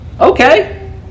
Okay